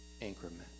increment